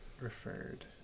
referred